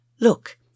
Look